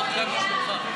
בבקשה.